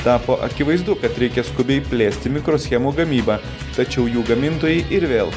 tapo akivaizdu kad reikia skubiai plėsti mikroschemų gamybą tačiau jų gamintojai ir vėl